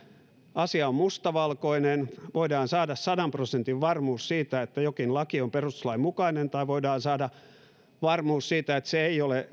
asia on mustavalkoinen ja voidaan saada sadan prosentin varmuus siitä että jokin laki on perustuslain mukainen tai voidaan saada varmuus siitä että se ei ole